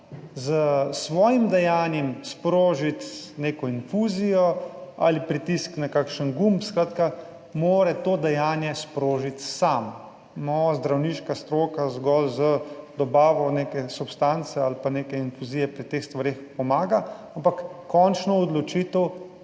s svojim dejanjem sprožiti neko infuzijo ali pritisk na kakšen gumb, skratka mora to dejanje sprožiti sam. Mu zdravniška stroka zgolj z dobavo neke substance ali pa neke infuzije pri teh stvareh pomaga, ampak končno odločitev